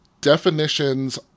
definitions